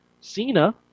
Cena